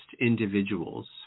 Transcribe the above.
individuals